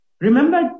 Remember